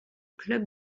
club